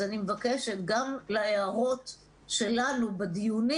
מבקשת להישמע גם להערות שלנו בדיונים.